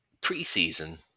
pre-season